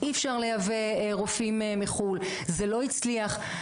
אי אפשר לייבא רופאים מחו"ל, זה לא הצליח.